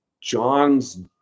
John's